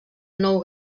nou